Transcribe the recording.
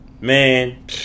Man